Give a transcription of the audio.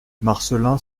marcelin